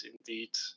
indeed